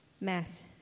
mass